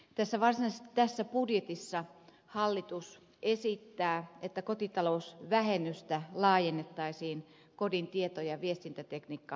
varsinaisesti tässä budjetissa hallitus esittää että kotitalousvähennystä laajennettaisiin kodin tieto ja viestintätekniikkapalveluihin